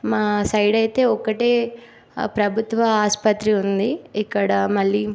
మా సైడ్ అయితే ఒకటే ప్రభుత్వ ఆసుపత్రి ఉంది ఇక్కడ మళ్ళీ